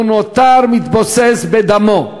והוא נותר מתבוסס בדמו.